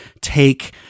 take